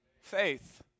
faith